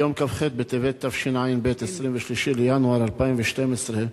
ביום כ"ח בטבת תשע"ב, 23 בינואר 2012,